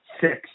six